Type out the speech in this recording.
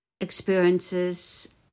experiences